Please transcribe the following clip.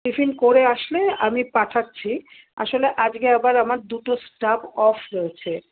tiffin করে আসলে আমি পাঠাচ্ছি আসলে আজকে আবার আমার দুটো স্টাফ অফ রয়েছে